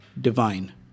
divine